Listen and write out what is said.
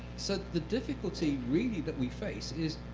so the difficulty, really, that we face is,